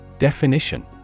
Definition